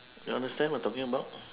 you understand what I'm talking about